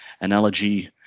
analogy